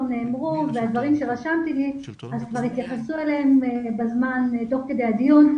נאמרו והתייחסו אל הדברים שרשמתי תוך כדי הדיון,